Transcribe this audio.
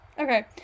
Okay